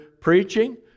preaching